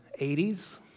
80s